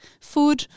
food